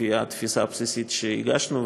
לפי התפיסה הבסיסית שהגשנו,